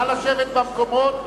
נא לשבת במקומות,